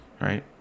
right